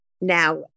now